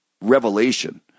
revelation